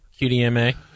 QDMA